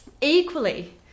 equally